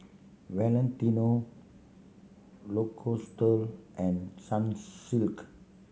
Valentino Lacoste and Sunsilk